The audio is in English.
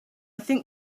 think